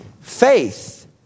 Faith